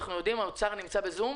נציגי משרד האוצר נמצאים בזום?